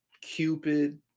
cupid